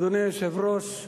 אדוני היושב-ראש,